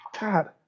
God